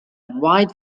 wide